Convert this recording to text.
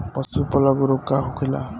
पशु प्लग रोग का होखेला?